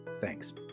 Thanks